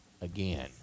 again